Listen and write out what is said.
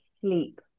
sleep